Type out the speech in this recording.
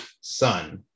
son